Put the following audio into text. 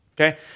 okay